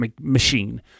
machine